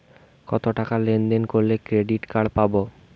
কতটাকা লেনদেন করলে ক্রেডিট কার্ড পাব?